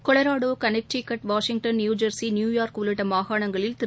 Colorado Connecticut Washington New Jersey New York உள்ளிட்ட மாகாணங்களில் திரு